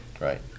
right